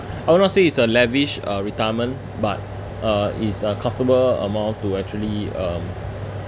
I would not say it's a lavish uh retirement but uh it's a comfortable amount to actually um